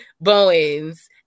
Bowens